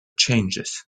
changes